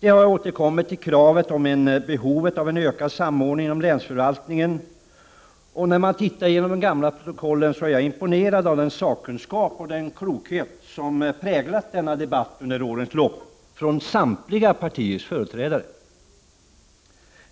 Man har återkommit till kravet på en ökad samordning inom länsförvaltningen. Men när jag tittar i dessa gamla protokoll blir jag imponerad över den sakkunskap och den klokhet som har präglat debatten i detta avseende under årens lopp. Jag avser då samtliga partiers företrädare.